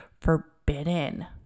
forbidden